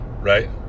right